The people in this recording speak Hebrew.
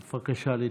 בבקשה להתכנס.